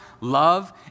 love